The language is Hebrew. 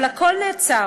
אבל הכול נעצר.